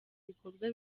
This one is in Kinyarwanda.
bikorwa